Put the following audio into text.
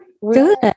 Good